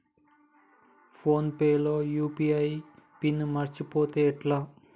Phone pay లో UPI PIN మరచిపోతే ఎట్లా?